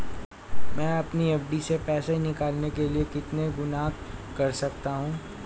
मैं अपनी एफ.डी से पैसे निकालने के लिए कितने गुणक कर सकता हूँ?